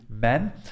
men